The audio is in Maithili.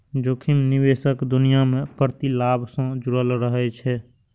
जोखिम निवेशक दुनिया मे प्रतिलाभ सं जुड़ल रहै छै